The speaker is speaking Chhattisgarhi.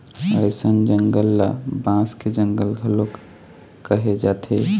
अइसन जंगल ल बांस के जंगल घलोक कहे जाथे